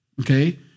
Okay